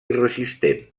resistent